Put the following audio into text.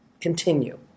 continue